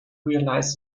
realise